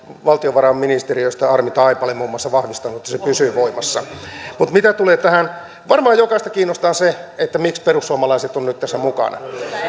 valtiovarainministeriöstä muun muassa armi taipale vahvistanut että se pysyy voimassa varmaan jokaista kiinnostaa se miksi perussuomalaiset ovat nyt tässä mukana